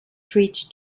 treaty